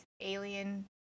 alien